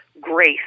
grace